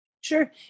sure